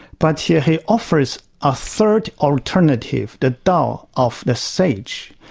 but here he offers a third alternative, the dao of the sage.